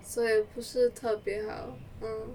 所以不是特别好 mm